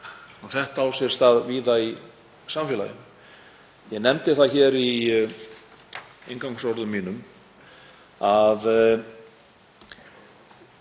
Þetta á sér stað víða í samfélaginu. Ég nefndi það hér í inngangsorðum mínum að